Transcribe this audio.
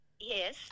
Yes